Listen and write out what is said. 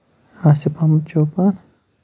Asif Ahmad Chopan